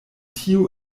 tiu